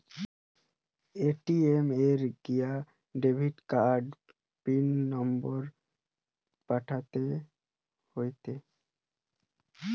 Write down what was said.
ATM এ গিয়া debit কার্ডের পিন নম্বর পাল্টাতে হয়েটে